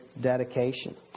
dedication